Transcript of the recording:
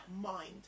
mind